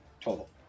total